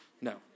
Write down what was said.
No